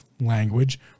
language